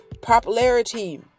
popularity